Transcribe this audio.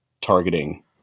targeting